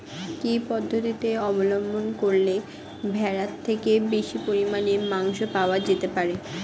কি পদ্ধতিতে অবলম্বন করলে ভেড়ার থেকে বেশি পরিমাণে মাংস পাওয়া যেতে পারে?